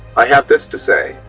i have this to say.